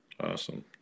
Awesome